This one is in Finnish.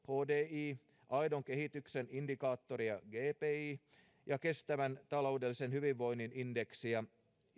hdi aidon kehityksen indikaattoria gpi ja kestävän taloudellisen hyvinvoinnin indeksiä